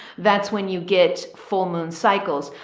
that's when you get full moon cycles,